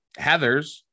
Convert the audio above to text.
heathers